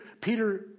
Peter